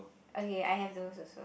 okay I have those also